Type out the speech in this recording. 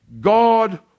God